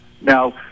now